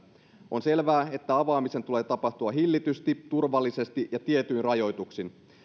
on selvää että avaamisen tulee tapahtua hillitysti turvallisesti ja tietyin rajoituksin